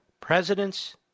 President's